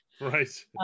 right